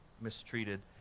mistreated